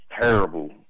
terrible